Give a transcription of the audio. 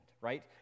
right